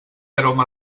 aroma